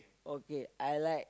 okay I like